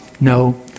No